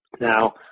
Now